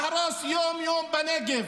להרוס יום-יום בנגב